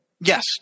Yes